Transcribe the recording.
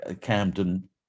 Camden